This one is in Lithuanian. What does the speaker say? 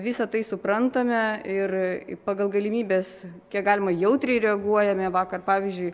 visa tai suprantame ir pagal galimybes kiek galima jautriai reaguojame vakar pavyzdžiui